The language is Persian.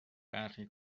برخی